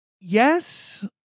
Yes